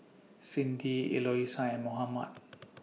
Cindi Eloisa and Mohammad